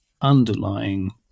underlying